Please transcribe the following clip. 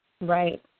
Right